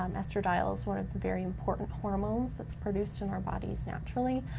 um estradiol's one of the very important hormones that's produced in our bodies naturally.